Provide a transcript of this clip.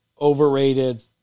overrated